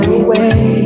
away